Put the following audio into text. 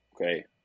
okay